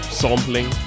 sampling